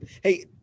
Hey